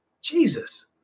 Jesus